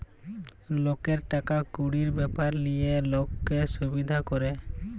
লকের টাকা কুড়ির ব্যাপার লিয়ে লক্কে সুবিধা ক্যরে